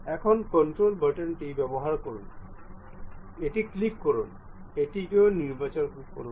এখন কন্ট্রোল বাটনটি ব্যবহার করুন ক্লিক করুন এটিকেও নির্বাচন করুন